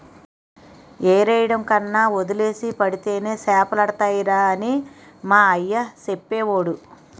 ఎరెయ్యడం కన్నా వలేసి పడితేనే సేపలడతాయిరా అని మా అయ్య సెప్పేవోడు